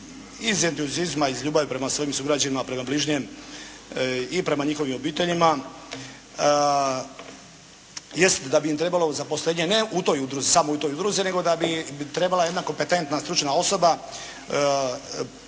iz entuzijizma, iz ljubavi prema svojim sugrađanima, prema bližnjem i prema njihovim obiteljima jest da bi im trebalo zaposlenje ne u toj udruzi, samo u toj udruzi, nego da bi im trebala jedna kompetentna stručna osoba ako